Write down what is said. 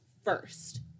First